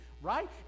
Right